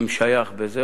אם שייך בזה,